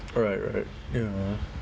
right right ya